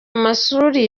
amashuri